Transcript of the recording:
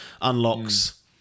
unlocks